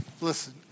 listen